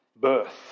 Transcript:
birth